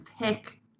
pick